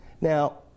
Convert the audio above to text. Now